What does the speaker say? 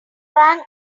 rang